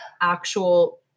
actual